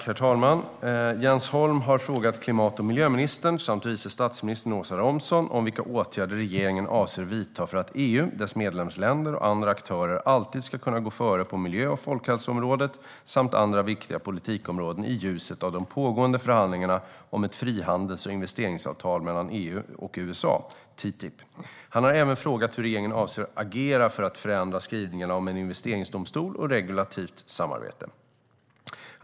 Herr talman! Jens Holm har frågat klimat och miljöministern samt vice statsministern Åsa Romson om vilka åtgärder regeringen avser att vidta för att EU, dess medlemsländer och andra aktörer alltid ska kunna gå före på miljö och folkhälsoområdet samt andra viktiga politikområden i ljuset av de pågående förhandlingarna om ett frihandels och investeringsavtal mellan EU och USA - TTIP. Han har även frågat hur regeringen avser att agera för att förändra skrivningarna om en investeringsdomstol och regulativt samarbete.